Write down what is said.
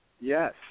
Yes